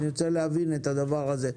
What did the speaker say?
אני רוצה להבין את הדבר הזה.